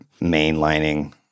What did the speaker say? mainlining